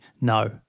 No